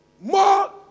more